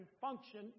function